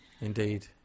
Indeed